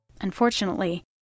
Unfortunately